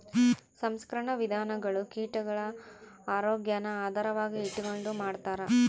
ಸಂಸ್ಕರಣಾ ವಿಧಾನಗುಳು ಕೀಟಗುಳ ಆರೋಗ್ಯಾನ ಆಧಾರವಾಗಿ ಇಟಗಂಡು ಮಾಡ್ತಾರ